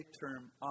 term